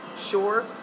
Sure